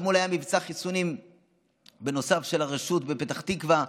אתמול היה מבצע חיסונים נוסף של הרשות בפתח תקווה.